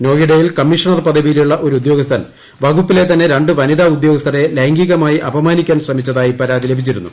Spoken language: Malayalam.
നോയിഡയിൽ കമ്മീഷണർ പദവിയിലുള്ള ഒരു ഉദ്യോഗസ്ഥൻ വകുപ്പിലെ തന്നെ രണ്ടു വനിതാ ഉദ്യോഗസ്ഥരെ ലൈംഗികമായി അപമാനിക്കാൻ ശ്രമിച്ചതായി പരാതി ലഭിച്ചിരുന്നു